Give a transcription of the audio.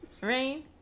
Rain